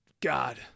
god